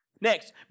Next